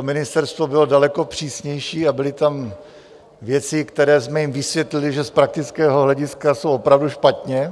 ministerstvo bylo daleko přísnější a byly tam věci, které jsme jim vysvětlili, že z praktického hlediska jsou opravdu špatně.